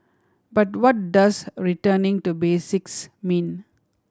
but what does returning to basics mean